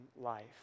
life